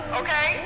okay